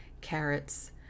carrots